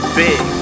big